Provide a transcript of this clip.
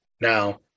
now